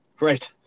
Right